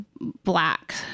Black